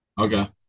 Okay